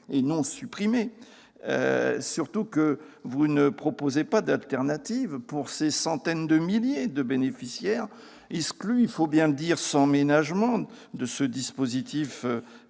et non supprimé, surtout que vous ne proposez pas d'alternative pour ces centaines de milliers de bénéficiaires exclus sans ménagement de ce dispositif